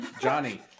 Johnny